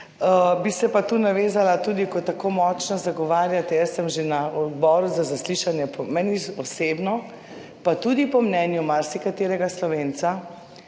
Bi se pa tu navezala tudi, ko tako močno zagovarjate, jaz sem že na odboru za zaslišanje, meni osebno, pa tudi po mnenju marsikaterega Slovenca